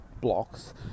blocks